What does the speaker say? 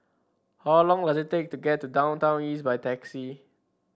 how long does it take to get to Downtown East by taxi